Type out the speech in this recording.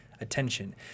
attention